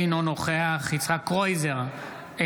אינו נוכח יצחק קרויזר,